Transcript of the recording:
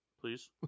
please